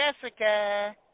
Jessica